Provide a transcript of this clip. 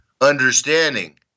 understanding